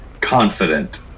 confident